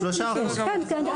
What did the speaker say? כן,